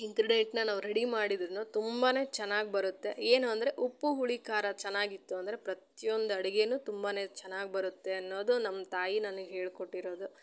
ಇಂಗ್ರೀಡಿಯೆಂಟ್ನ ನಾವು ರೆಡಿ ಮಾಡಿದ್ರು ತುಂಬಾ ಚೆನ್ನಾಗಿ ಬರುತ್ತೆ ಏನು ಅಂದರೆ ಉಪ್ಪು ಹುಳಿ ಖಾರ ಚೆನ್ನಾಗಿತ್ತು ಅಂದರೆ ಪ್ರತ್ಯೊಂದು ಅಡುಗೇನು ತುಂಬ ಚೆನ್ನಾಗಿ ಬರುತ್ತೆ ಅನ್ನೋದು ನಮ್ಮ ತಾಯಿ ನನಗೆ ಹೇಳಿಕೊಟ್ಟಿರೋದು